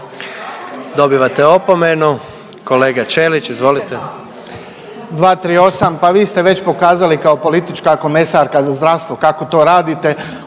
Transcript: dobivate opomenu. Kolega Šimičević, izvolite.